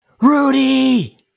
Rudy